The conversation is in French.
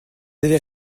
avez